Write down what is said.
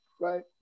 right